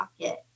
Pocket